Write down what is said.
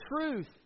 truth